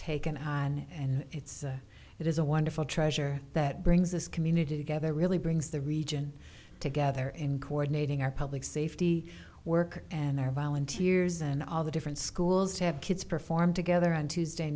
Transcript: taken and it's it is a wonderful treasure that brings this community together really brings the region together in coordinating our public safety work and our volunteers and all the different schools to have kids perform together on tuesday